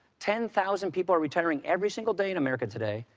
ten thousand people are retiring every single day in america today,